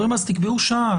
אז תקבעו שעה.